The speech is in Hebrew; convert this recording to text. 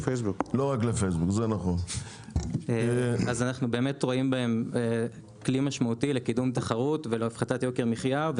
אנחנו רואים בהם כלי משמעותי לקידום תחרות ולהפחתת יוקר המחיה.